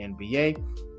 NBA